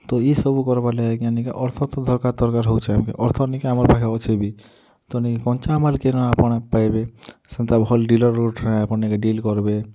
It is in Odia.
ତୋ ଏସବୁ କରିବା ଲାଗି ଅର୍ଥ ତ ଦରକାର୍ ଦରକାର୍ ହେଉଛେ ଅର୍ଥ ନିକେ ଆମର୍ ପାଖେ ଅଛି ବି ତ ନେଇ କଞ୍ଚାମାଲ୍ କିଣି ଆପଣ ପାଇବେ ସେନ୍ତା ଭଲ ଡିଲର୍ ଗୋଟେ ଆପଣ ଡିଲ୍ କରିବେ